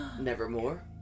Nevermore